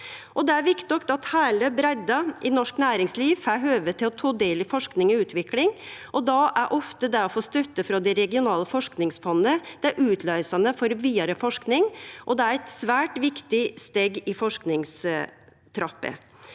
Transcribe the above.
Det er viktig at heile breidda i norsk næringsliv får høve til å ta del i forsking og utvikling, og då er ofte det å få støtte frå det regionale forskingsfondet det utløysande for vidare forsking. Det er eit svært viktig steg i forskingstrappa.